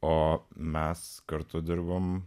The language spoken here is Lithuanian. o mes kartu dirbome